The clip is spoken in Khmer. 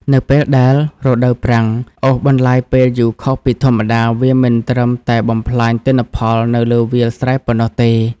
នៅពេលដែលរដូវប្រាំងអូសបន្លាយពេលយូរខុសពីធម្មតា វាមិនត្រឹមតែបំផ្លាញទិន្នផលនៅលើវាលស្រែប៉ុណ្ណោះទេ។